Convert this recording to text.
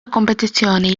kompetizzjoni